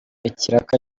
ikiraka